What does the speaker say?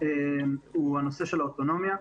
הוא הנושא של האוטונומיה.